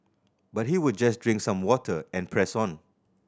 but he would just drink some water and press on